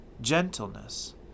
gentleness